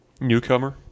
Newcomer